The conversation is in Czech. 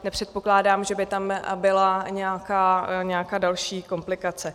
Nepředpokládám, že by tam byla nějaká další komplikace.